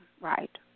right